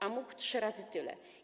A mógł trzy razy tyle.